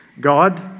God